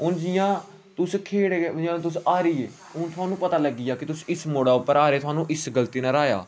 हून जियां तुस खेढ गै जियां तुस हारी गे हून थुआनूं पता लग्गी गेआ कि तुस इस मोड़ा उप्पर हारे थुआनूं इस गल्ती ने रहाया